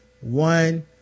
one